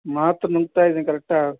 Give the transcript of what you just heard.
ಮಾತ್ರೆ ನುಂಗ್ತಾ ಇದೀನ್ ಕರೆಟ್ಟಾಗಿ